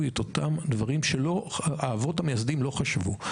את אותם דברים שהאבות המייסדים לא חשבו עליהם.